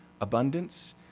abundance